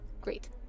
Great